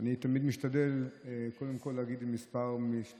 אני תמיד משתדל קודם כול להגיד בכמה משפטים,